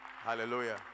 Hallelujah